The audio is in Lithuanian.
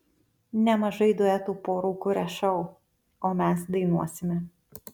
nemažai duetų porų kuria šou o mes dainuosime